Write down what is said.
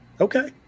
Okay